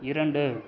இரண்டு